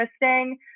interesting